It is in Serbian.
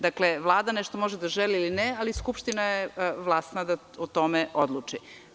Dakle, Vlada može nešto da želi ili ne, ali Skupština je vlasna da o tome odluči.